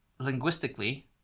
linguistically